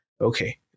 Okay